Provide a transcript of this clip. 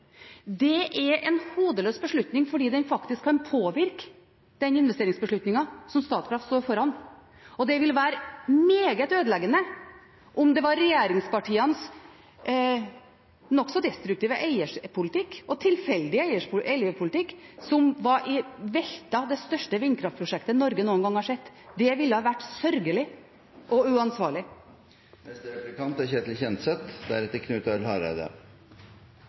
Det er en hodeløs beslutning fordi den faktisk kan påvirke den investeringsbeslutningen som Statkraft står foran. Det vil være meget ødeleggende om det var regjeringspartienes nokså destruktive eierskapspolitikk og nokså tilfeldige eierskapspolitikk som veltet det største vindkraftprosjektet Norge noen gang har sett. Det ville være sørgelig og